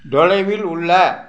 தொலைவில் உள்ள